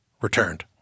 returned